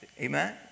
Amen